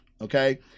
Okay